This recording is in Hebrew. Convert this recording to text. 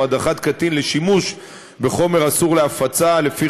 או הדחת קטין לשימוש בחומר אסור להפצה לפי